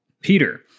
Peter